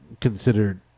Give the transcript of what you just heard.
considered